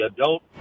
adult